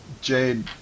Jade